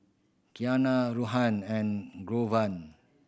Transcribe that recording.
Kiana Ruthann and Glover